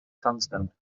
sandstone